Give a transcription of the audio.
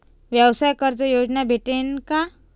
व्यवसाय कर्ज योजना भेटेन का?